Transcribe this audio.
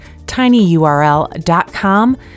tinyurl.com